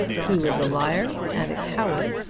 he was a liar and a coward,